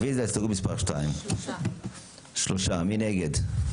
3. מי נגד?